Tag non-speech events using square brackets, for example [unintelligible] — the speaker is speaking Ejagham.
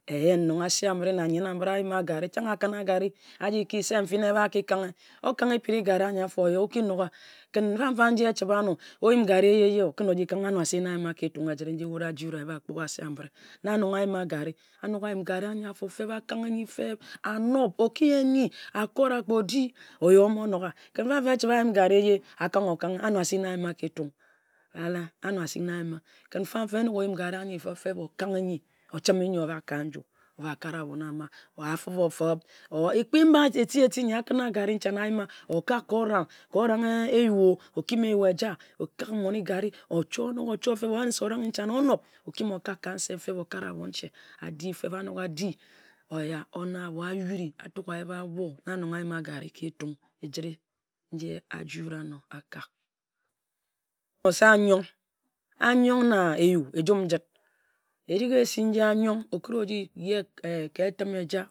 E-eyen nong ase a-mera a-kǝnna garri, aji ki se nfin ebhi a-ki kanghe. Okanghe ekpit-ri garri an-yora-for, oya-oki nknogha. Kǝn fa-m-fa, echi-ba-nor oyim garri ehye-ye, o kǝn oji ka nighe, a-nor, asik a-yim-ma ka Etung e-jirie n-ji aji-wut eba kponghe ase a-mighe, na nong ayima garri. A-nok ayim garri anyi afor feb, a-ka-en-yi feb, oki yen nyi a-nob, oki yen nyi a-kora kpe o-di, o-yah o-mo-nok wu ya. Kǝn fam-fa, o-yen garri ehye-ehye, a kang-o-kanghe. Ano asik a-yima ka Etung lie-lie. [unintelligible] Kǝn fa-m-fa, onok oyim garri an-yi, [unintelligible] o-chime n-yi obak ka nju o-kare a-bon ama or, ekpi mba eti-eti nyi a-kǝnna garri n-channa okok ka o-rang, orang eyuo o kǝm, kim ayoue-o, okim eyu eja, okok mongarri-o, okim okak